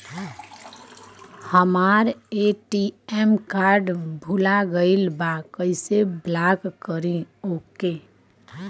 हमार ATM card भूला गईल बा कईसे ब्लॉक करी ओके?